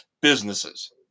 businesses